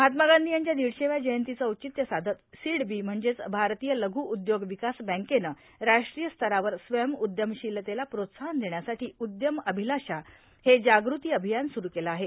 महात्मा गांधी यांच्या दीडशेव्या जयंतीचं औचित्य साधत सीडबी म्हणजे भारतीय लघ्र उद्योग विकास बँकेनं राष्ट्रीय स्तरावर स्वयं उद्यमशीलतेला प्रोत्साहन देण्यासाठी उद्यम अभिलाषा हे जागृती अभियान स्रुरु केलं आहे